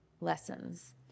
lessons